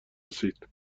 رسید